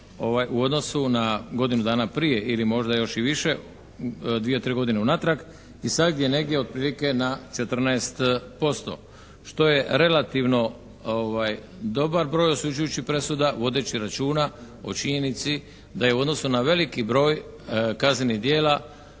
u odnosu na godinu dana prije ili možda još i više, dvije, tri godine unatrag. I sad je negdje otprilike na 14%. Što je relativno dobar broj osuđujućih presuda, vodeći računa o činjenici da je u odnosu na veliki broj kaznenih djela